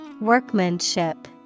Workmanship